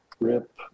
Rip